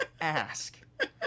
ask